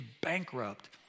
bankrupt